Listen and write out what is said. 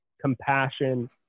compassion